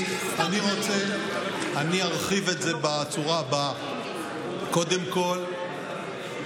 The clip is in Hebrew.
אני ארחיב את זה בצורה הבאה: קודם כול,